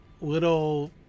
little